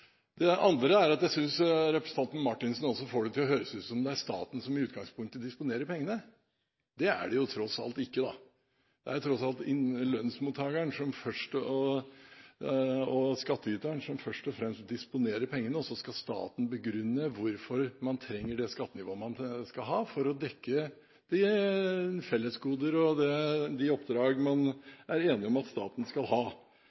til å høres ut som om det er staten som i utgangspunktet disponerer pengene. Det er det tross alt ikke. Det er lønnsmottakeren og skattyteren som først og fremst disponerer pengene, og så skal staten begrunne hvorfor man trenger det skattenivået man skal ha, for å dekke de fellesgoder og de oppdrag man er enig om at staten skal ha.